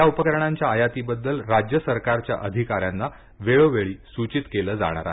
या उपकरणांच्या आयातीबद्दल राज्य सरकारच्या अधिकाऱ्यांना वेळोवेळी सूचित केलं जाणार आहे